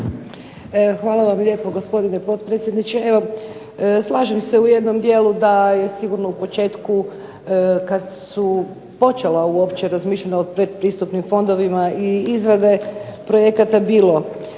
Hvala vam lijepo gospodine potpredsjedniče. Evo, slažem se u jednom dijelu da je sigurno u početku kada su počela uopće razmišljanja o pretpristupnim fondovima i izrade projekata bilo